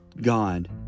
God